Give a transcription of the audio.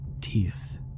teeth